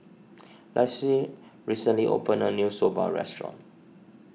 Laci recently opened a new Soba restaurant